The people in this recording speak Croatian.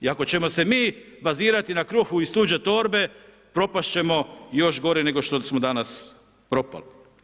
I ako ćemo se mi bazirati na kruhu iz tuđe torbe, propast ćemo još gore nego što smo danas propali.